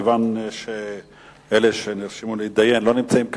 כיוון שאלה שנרשמו להתדיין לא נמצאים כאן,